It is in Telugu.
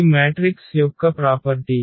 ఇది మ్యాట్రిక్స్ యొక్క ప్రాపర్టీ